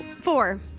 four